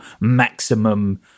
maximum